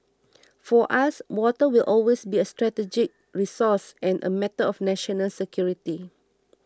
for us water will always be a strategic resource and a matter of national security